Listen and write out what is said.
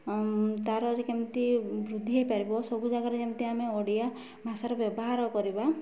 ତା'ରରେ କେମିତି ବୃଦ୍ଧି ହେଇପାରିବ ସବୁ ଜାଗାରେ ଯେମିତି ଆମେ ଓଡ଼ିଆ ଭାଷାର ବ୍ୟବହାର କରିବା